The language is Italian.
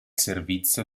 servizio